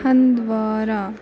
Handwara